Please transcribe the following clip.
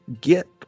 get